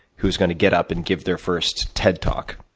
who's gonna get up and give their first ted talk,